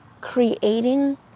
Creating